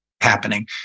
happening